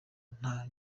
nta